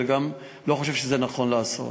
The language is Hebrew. ואני גם לא חושב שזה נכון לעשות.